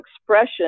expression